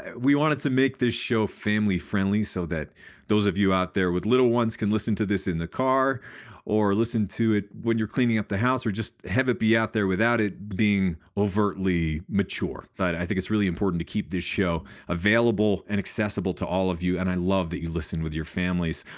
we wanted to make this show family-friendly, so that those of you out there with little ones can listen to this in the car or listen to it when you're cleaning up the house or just have it be out there without it being overtly mature but i think it's really important to keep this show available and accessible to all of you and i love that you listen with your families.